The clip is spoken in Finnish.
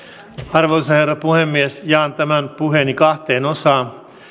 arvoisa herra puhemies jaan tämän puheeni kahteen osaan